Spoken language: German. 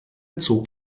zog